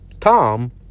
Tom